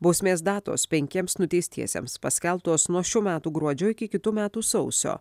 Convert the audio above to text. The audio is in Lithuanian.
bausmės datos penkiems nuteistiesiems paskelbtos nuo šių metų gruodžio iki kitų metų sausio